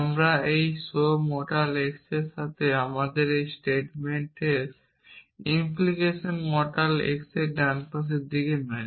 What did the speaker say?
আমরা এই show mortal x এর সাথে আমাদের স্টেটমেন্ট ইমপ্লিকেশন মর্টাল এক্স এর ডান পাশের সাথে মেলে